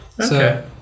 okay